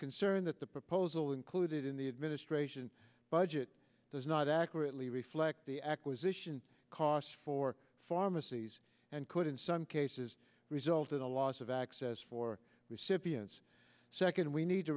concerned that the proposal included in the administration budget does not accurately reflect the acquisition costs for pharmacies and could in some cases result in a loss of access for recipients second we need to